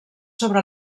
sobre